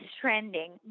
trending